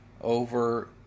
over